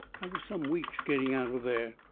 i was some weeks getting out of there.